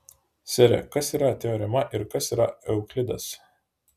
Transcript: sere kas yra teorema ir kas yra euklidas